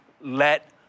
let